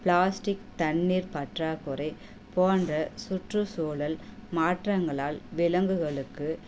plastic தண்ணீர் பற்றாக்குறை போன்ற சுற்று சூழல் மாற்றங்களால் விலங்குகளுக்கு